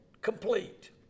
complete